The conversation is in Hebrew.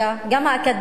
גם האקדמיה,